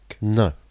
No